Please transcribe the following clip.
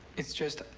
it's just